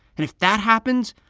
and if that happens,